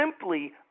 simply